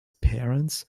parents